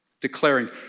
declaring